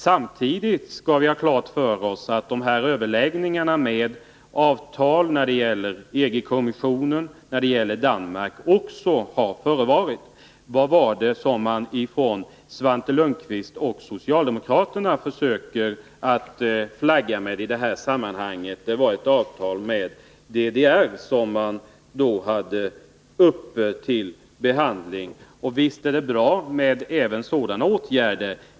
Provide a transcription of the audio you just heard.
Samtidigt skall vi ha klart för oss att det dessutom har förts överläggningar om avtal när det gäller EG-kommissionen och Danmark. Vad var det som Svante Lundkvist och socialdemokraterna försökte flagga med i detta sammanhang? Det var ett avtal med DDR som man hade uppe till behandling. Visst är det bra även med sådana åtgärder.